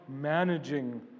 managing